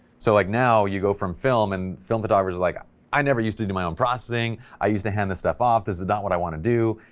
so like now you go from film, and film photographers, like i i never used to do my own processing, i used to hand this stuff off, this is not what i want to do,